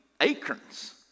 acorns